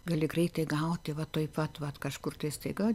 gali greitai gauti va tuoj pat vat kažkur tai staiga